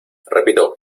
repito